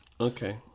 Okay